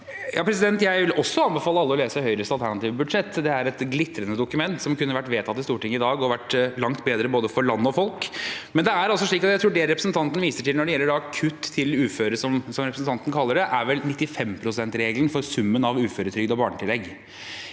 Jeg vil også anbefale alle å lese Høyres alternative budsjett. Det er et glitrende dokument som kunne vært vedtatt i Stortinget i dag og vært langt bedre for både land og folk. Jeg tror det representanten viser til når det gjelder kutt til uføre, som representanten kaller det, er 95-prosentregelen for summen av uføretrygd og barnetillegg.